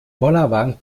bollerwagen